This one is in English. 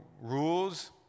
rules